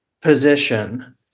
position